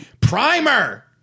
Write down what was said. Primer